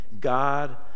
God